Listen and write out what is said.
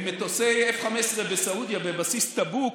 מטוסי F-15 בסעודיה, בבסיס טאבוק,